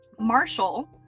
Marshall